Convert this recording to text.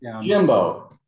Jimbo